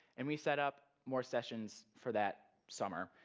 and we set up more sessions for that summer,